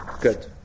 good